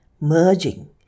merging